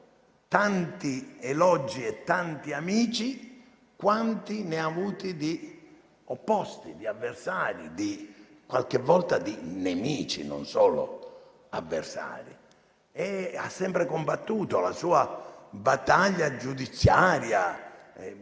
tanti elogi e tanti amici quanti ne ha avuti di opposti, di avversari, qualche volta di nemici. Ha sempre combattuto la sua battaglia giudiziaria